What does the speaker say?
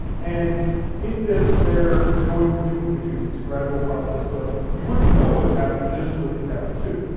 and in this, they're going between the two, and it's a gradual process, but you wouldn't know what's happening just to look at tablet two.